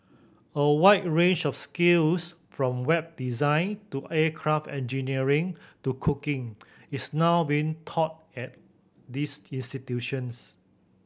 a wide range of skills from Web design to aircraft engineering to cooking is now being taught at these institutions